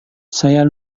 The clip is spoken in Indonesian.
saya